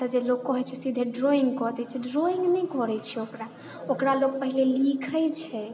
तऽ जे लोक कहैत छै सीधे ड्रॉइङ्ग कऽ दै छै तऽ ड्रॉइङ्ग नहि करैत छै ओकरा ओकरा लोक पहिले लिखैत छै